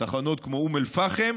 בתחנות כמו אום אל-פחם,